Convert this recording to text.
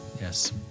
yes